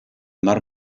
mar